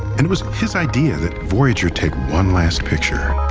and it was his idea that voyager take one last picture.